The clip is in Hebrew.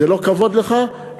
זה לא כבוד לך,